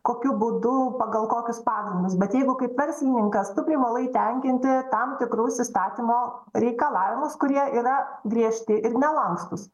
kokiu būdu pagal kokius pagrindus bet jeigu kaip verslininkas tu privalai tenkinti tam tikrus įstatymo reikalavimus kurie yra griežti ir nelankstūs